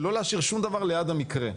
ולא להשאיר שום דבר ליד המקרה.